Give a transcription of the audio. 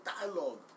dialogue